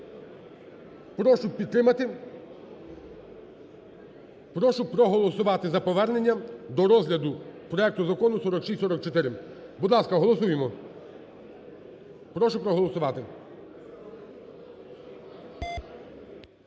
прошу проголосувати за повернення до розгляду проекту Закону 4644. Будь ласка, голосуємо. Прошу проголосувати.